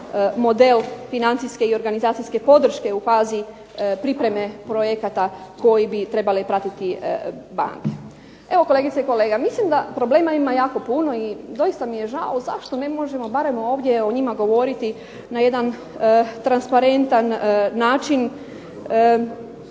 model financijske i organizacijske podrške u fazi pripreme projekata koji bi trebale pratiti banke. Evo, kolegice i kolege, ja mislim da problema ima jako puno i doista mi je žao zašto ne možemo barem ovdje o njima govoriti na jedan transparentan način.